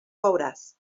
veuràs